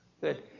good